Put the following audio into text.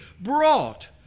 brought